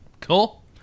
cool